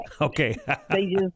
Okay